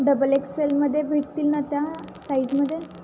double एक्सेलमध्ये भेटतील ना त्या साईजमध्ये